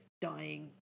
dying